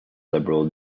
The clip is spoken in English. liberal